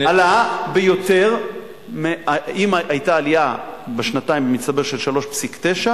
אם היתה עלייה בשנתיים במצטבר של 3.9%,